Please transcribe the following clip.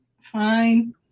Fine